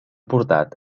portat